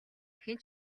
хэн